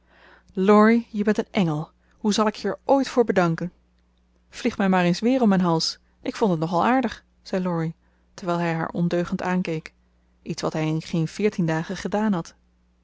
laurie je bent een engel hoe zal ik je er ooit voor danken vlieg mij maar eens weer om mijn hals ik vond het nog al aardig zei laurie terwijl hij haar ondeugend aankeek iets wat hij in geen veertien dagen gedaan had